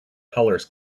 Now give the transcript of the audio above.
colors